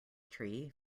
tree